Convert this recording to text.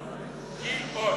גילאון.